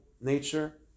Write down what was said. nature